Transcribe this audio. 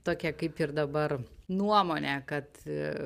tokia kaip ir dabar nuomonė kad